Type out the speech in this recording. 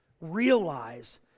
realize